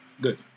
Good